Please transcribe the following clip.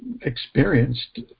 experienced